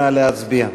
נא להצביע.